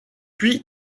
puis